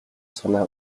санаа